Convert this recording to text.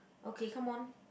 okay come on